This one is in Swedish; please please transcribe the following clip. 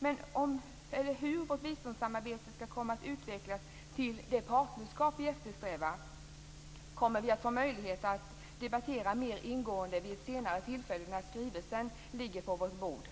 Men hur vårt biståndssamarbete skall komma att utvecklas till det partnerskap som vi eftersträvar kommer vi att få möjlighet att debattera mer ingående vid ett senare tillfälle när skrivelsen ligger på vårt bord.